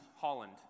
Holland